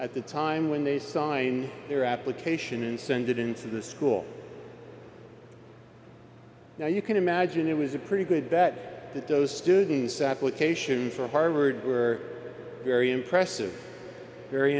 at the time when they sign their application and send it into the school now you can imagine it was a pretty good bet that those students application for harvard were very impressive very